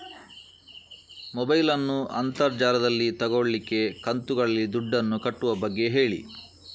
mobile ನ್ನು ಅಂತರ್ ಜಾಲದಲ್ಲಿ ತೆಗೋಲಿಕ್ಕೆ ಕಂತುಗಳಲ್ಲಿ ದುಡ್ಡನ್ನು ಕಟ್ಟುವ ಬಗ್ಗೆ ಹೇಳಿ